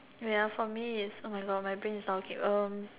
ya for me is oh my god my brain is not working um